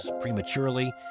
prematurely